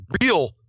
real